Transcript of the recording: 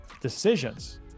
decisions